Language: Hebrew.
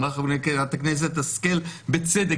אמרה חברת הכנסת השכל בצדק,